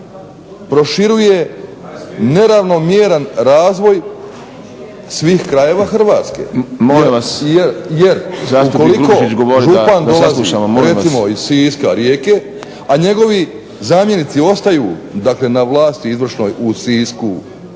proširuje neravnomjeran razvoj svih krajeva Hrvatske. Jer ukoliko župan dolazi iz Siska, Rijeke, a njegovi zamjenici ostaju na vlasti izvršnoj u Sisku,